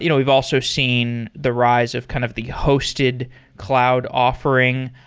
you know we've also seen the rise of kind of the hosted cloud offering.